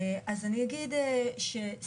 אז אני אגיד שסטטוטורית,